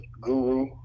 guru